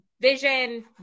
vision